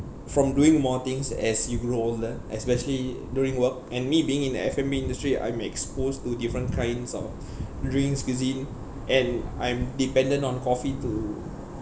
from doing more things as you grow older especially during work and me being in the F&B industry I'm exposed to different kinds of drinks cuisine and I'm dependent on coffee to